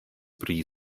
pri